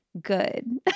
Good